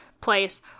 place